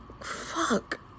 fuck